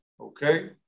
Okay